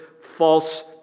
false